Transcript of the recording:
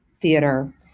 theater